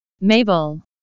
Mabel